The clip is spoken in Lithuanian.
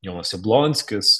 jonas jablonskis